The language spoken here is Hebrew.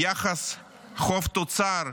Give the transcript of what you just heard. יחס חוב תוצר,